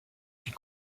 dit